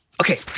Okay